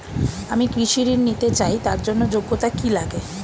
আমি কৃষি ঋণ নিতে চাই তার জন্য যোগ্যতা কি লাগে?